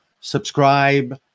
subscribe